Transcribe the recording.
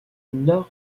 nord